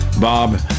Bob